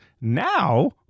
Now